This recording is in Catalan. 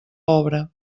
obra